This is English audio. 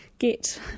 get